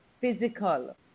physical